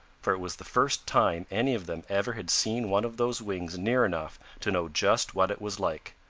for it was the first time any of them ever had seen one of those wings near enough to know just what it was like.